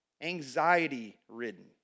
anxiety-ridden